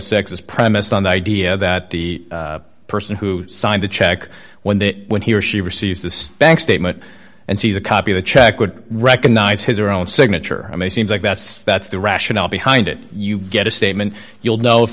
dollars is premised on the idea that the person who signed the check when they when he or she receives this bank statement and sees a copy of the check would recognise his her own signature may seem like that's that's the rationale behind it you get a statement you'll know if